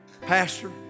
Pastor